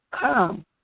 come